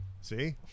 See